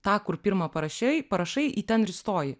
tą kur pirma parašei parašai į ten ir įstoji